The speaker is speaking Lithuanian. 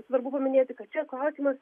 svarbu paminėti kad čia klausimas